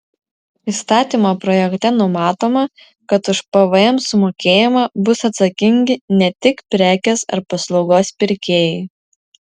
įstatymo projekte numatoma kad už pvm sumokėjimą bus atsakingi ne tik prekės ar paslaugos pirkėjai